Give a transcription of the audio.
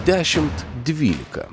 dešimt dvylika